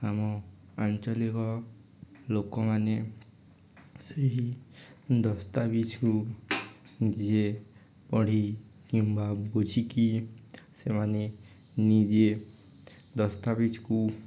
ଆମ ଆଞ୍ଚଳିକ ଲୋକମାନେ ସେହି ଦସ୍ତାବିଜକୁ ଯିଏ ପଢ଼ି କିମ୍ବା ବୁଝିକି ସେମାନେ ନିଜେ ଦସ୍ତାବିଜକୁ